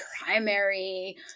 primary